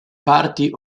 party